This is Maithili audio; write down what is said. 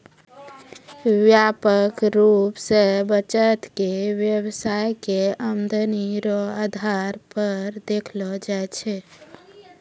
व्यापक रूप से बचत के व्यवसाय के आमदनी रो आधार पर देखलो जाय छै